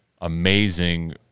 amazing